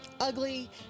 Ugly